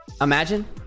Imagine